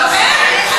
באמת?